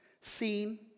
Seen